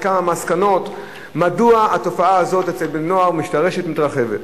לכמה מסקנות בשאלה מדוע התופעה הזאת אצל בני-נוער משתרשת ומתרחבת.